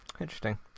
interesting